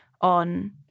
on